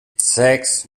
sechs